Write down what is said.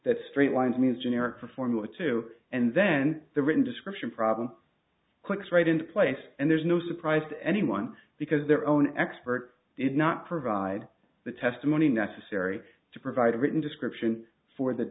that straight lines means generic for formula two and then the written description problem clicks right into place and there's no surprise to anyone because their own expert did not provide the testimony necessary to provide a written description for th